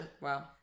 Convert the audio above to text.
Wow